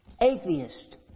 Atheist